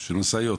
של משאיות?